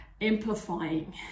amplifying